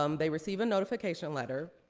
um they receive a notification letter,